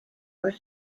were